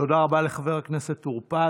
תודה רבה לחבר הכנסת טור פז.